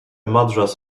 madras